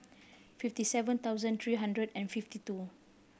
fifty seven thousand three hundred and fifty two